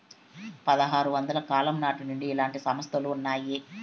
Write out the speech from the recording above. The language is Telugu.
పదహారు వందల కాలం నాటి నుండి ఇలాంటి సంస్థలు ఉన్నాయి